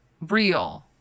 real